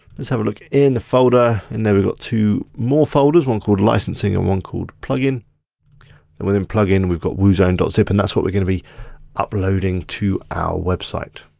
let's have a look in the folder and there we've got two more folders, one called licencing and one called plugin. and within plugin, we've got woozone zip and that's what we're gonna be uploading to our website.